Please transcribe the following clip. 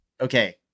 Okay